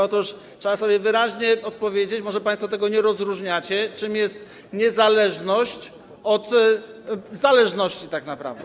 Otóż trzeba wyraźnie powiedzieć - może państwo tego nie rozróżniacie - czym różni się niezależność od zależności tak naprawdę.